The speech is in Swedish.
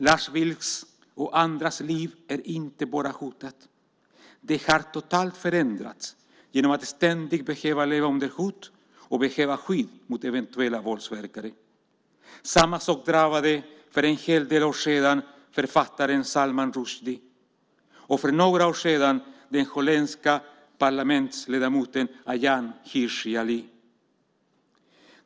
Lars Vilks och andras liv är inte bara hotat, utan det har totalt förändrats genom att de ständigt behöver leva under hot och behöver skydd mot eventuella våldsverkare. Samma sak drabbade för en hel del år sedan författaren Salman Rushdie och, för några år sedan, den holländska parlamentsledamoten Ayaan Hirsi Ali.